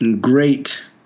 great